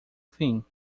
fim